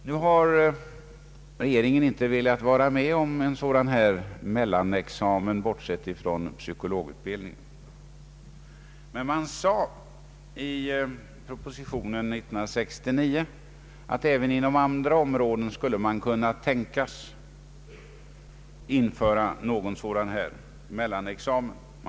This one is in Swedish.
Nu har regeringen inte velat vara med om en sådan här mellanexamen, bortsett från psykologutbildningen. I propositionen av år 1969 framhölls emellertid att det även inom andra områden skulle kunna tänkas att en sådan här mellanexamen infördes.